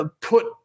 put